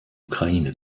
ukraine